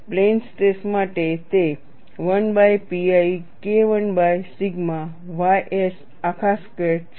plane stress માટે તે 1pi KI by sigma ys આખા સ્ક્વેર્ડ છે